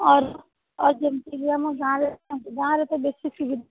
ଅର୍ ଆଉ ଯେମିତି ଆମ ଗାଁରେ ଗାଁରେ ତ ଦେଖିଥିବେ